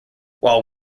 while